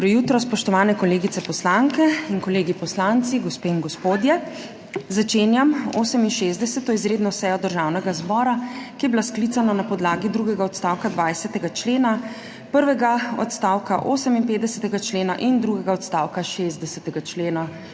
Dobro jutro! Spoštovani kolegice poslanke in kolegi poslanci, gospe in gospodje. Začenjam 68. izredno sejo Državnega zbora, ki je bila sklicana na podlagi drugega odstavka 20. člena, prvega odstavka 58. člena in drugega odstavka 60. člena